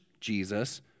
Jesus